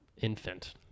Infant